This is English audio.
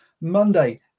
Monday